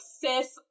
Sis